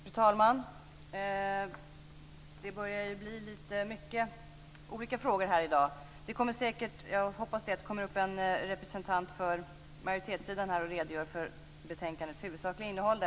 Fru talman! Det börjar bli lite många olika frågor här i dag. Jag hoppas att det kommer upp en representant för majoritetssidan och redogör för betänkandets huvudsakliga innehåll.